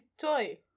Toy